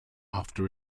after